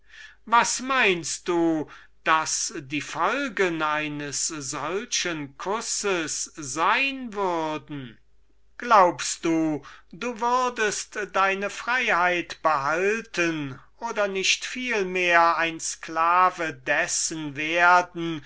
was meinst du daß die folgen eines solchen kusses sein würden glaubst du du würdest deine freiheit behalten oder nicht vielmehr ein sklave dessen werden